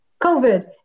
COVID